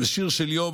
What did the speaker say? בשיר של יום,